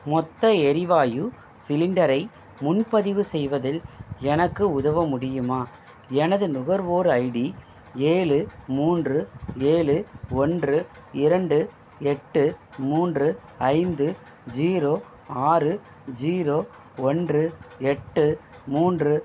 மொத்த எரிவாயு சிலிண்டரை முன்பதிவு செய்வதில் எனக்கு உதவ முடியுமா எனது நுகர்வோர் ஐடி ஏழு மூன்று ஏழு ஒன்று இரண்டு எட்டு மூன்று ஐந்து ஜீரோ ஆறு ஜீரோ ஒன்று எட்டு மூன்று